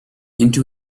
into